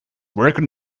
record